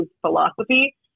philosophy